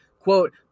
Quote